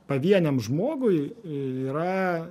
pavieniam žmogui yra